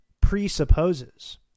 Presupposes